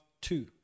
two